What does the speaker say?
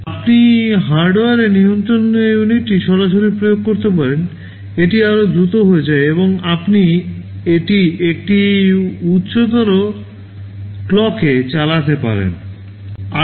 আপনি হার্ডওয়্যারে নিয়ন্ত্রণ ইউনিটটি সরাসরি প্রয়োগ করতে পারেন এটি আরও দ্রুত হয়ে যায় এবং আপনি এটি একটি উচ্চতর ক্লকে চালাতে পারেন